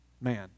man